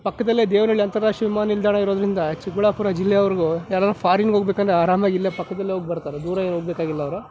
ಪಕ್ಕದಲ್ಲೇ ದೇವನಹಳ್ಳಿ ಅಂತರಾಷ್ಟ್ರೀಯ ವಿಮಾನ ನಿಲ್ದಾಣ ಇರೋದರಿಂದ ಚಿಕ್ಕಬಳ್ಳಾಪುರ ಜಿಲ್ಲೆಯವರೆಗೂ ಯಾರಾನ ಫಾರಿನ್ ಹೋಗಬೇಕಂದ್ರೆ ಆರಾಮಾಗಿ ಇಲ್ಲೇ ಪಕ್ಕದಲ್ಲಿ ಹೋಗಿ ಬರ್ತಾರೆ ದೂರ ಏನು ಹೋಗ್ಬೇಕಾಗಿಲ್ಲ ಅವರು